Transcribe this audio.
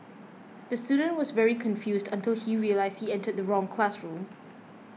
the student was very confused until he realised he entered the wrong classroom